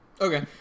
Okay